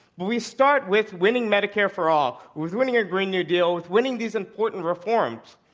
when we start with winning medicare for all, with winning a green new deal, with winning these important reforms.